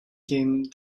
came